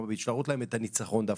להראות להם את הניצחון דווקא,